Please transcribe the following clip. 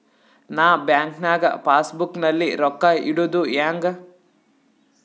ನಾ ಬ್ಯಾಂಕ್ ನಾಗ passbook ನಲ್ಲಿ ರೊಕ್ಕ ಇಡುದು ಹ್ಯಾಂಗ್?